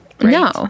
No